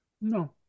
No